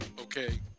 okay